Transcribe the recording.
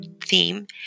theme